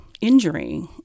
injury